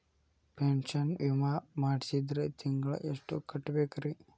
Pension ವಿಮಾ ಮಾಡ್ಸಿದ್ರ ತಿಂಗಳ ಎಷ್ಟು ಕಟ್ಬೇಕ್ರಿ?